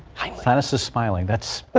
kind of so smiling that's. but